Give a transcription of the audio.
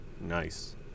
Nice